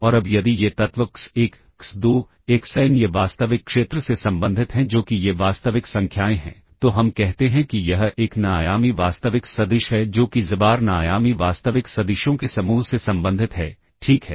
और अब यदि ये तत्व x1 x2 xn ये वास्तविक क्षेत्र से संबंधित हैं जो कि ये वास्तविक संख्याएँ हैं तो हम कहते हैं कि यह एक n आयामी वास्तविक सदिश है जो कि xbar n आयामी वास्तविक सदिशों के समूह से संबंधित है ठीक है